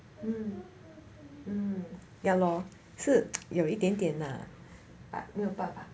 mm mm ya lor 是有一点点 lah but